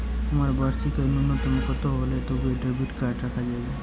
আমার বার্ষিক আয় ন্যুনতম কত হলে তবেই ক্রেডিট কার্ড রাখা যাবে?